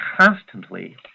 constantly